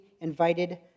invited